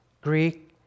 Greek